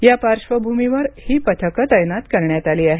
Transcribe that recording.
या पार्श्वभूमीवर ही पथकं तैनात करण्यात आली आहेत